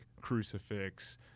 crucifix